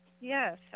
Yes